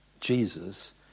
Jesus